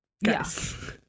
Yes